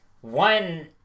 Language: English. one